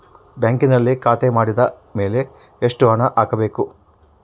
ಬ್ಯಾಂಕಿನಲ್ಲಿ ಖಾತೆ ಮಾಡಿದ ಮೇಲೆ ಎಷ್ಟು ಹಣ ಹಾಕಬೇಕು?